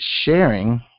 Sharing